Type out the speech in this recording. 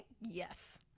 Yes